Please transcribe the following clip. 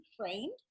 trained